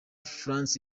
france